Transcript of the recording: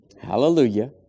Hallelujah